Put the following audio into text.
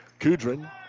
Kudrin